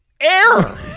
Air